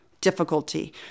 difficulty